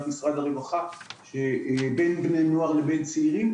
משרד הרווחה בין בני נוער ובין צעירים.